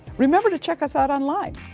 remember to check us out online.